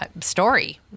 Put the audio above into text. story